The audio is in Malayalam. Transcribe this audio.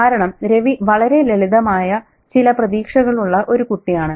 കാരണം രവി വളരെ ലളിതമായ ചില പ്രതീക്ഷകളുള്ള ഒരു കുട്ടിയാണ്